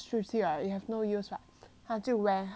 他就 wear 他们就故意 like